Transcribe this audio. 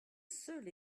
seul